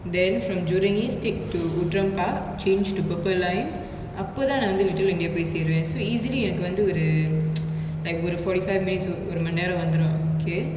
then from jurong east take to outram park change to purple line அப்பதா நா வந்து:appathaa na vanthu little india போய் சேருவா:poai seruva so easily எனக்கு வந்து ஒரு:enaku vanthu oru like ஒரு:oru forty five minutes or ஒரு மணி நேரோ வந்துரு:oru mani nero vanthuru okay